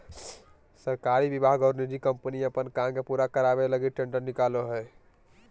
सरकारी विभाग और निजी कम्पनी अपन काम के पूरा करावे लगी टेंडर निकालो हइ